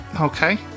Okay